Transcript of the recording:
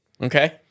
Okay